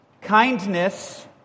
Kindness